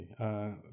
Okay